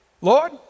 Lord